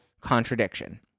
contradiction